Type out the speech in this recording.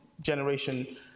generation